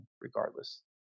regardless